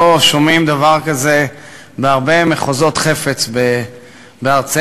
לא שומעים דבר כזה בהרבה מחוזות חפץ בארצנו,